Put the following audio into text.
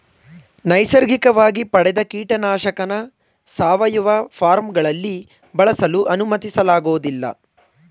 ನೈಸರ್ಗಿಕವಾಗಿ ಪಡೆದ ಕೀಟನಾಶಕನ ಸಾವಯವ ಫಾರ್ಮ್ಗಳಲ್ಲಿ ಬಳಸಲು ಅನುಮತಿಸಲಾಗೋದಿಲ್ಲ